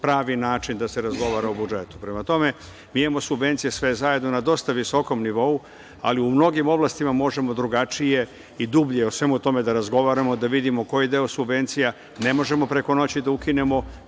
pravi način da se razgovara o budžetu. Prema tome, mi imamo subvencije sve zajedno na dosta visokom nivou, ali u mnogim oblastima možemo drugačije i dublje o svemu tome da razgovaramo, da vidimo koji deo subvencija ne možemo preko noći da ukinemo,